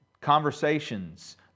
Conversations